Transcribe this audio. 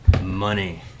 Money